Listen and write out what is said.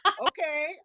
Okay